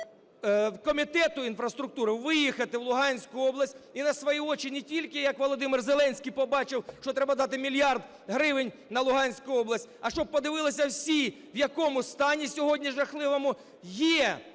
і до комітету інфраструктури виїхати в Луганську область і на свої очі не тільки, як Володимир Зеленський побачив, що треба дати мільярд гривень на Луганську область, а щоб подивилися всі, в якому стані сьогодні жахливому є